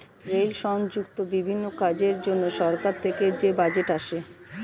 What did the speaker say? rail সংযুক্ত বিভিন্ন কাজের জন্য সরকার থেকে যে বাজেট আসে